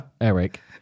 Eric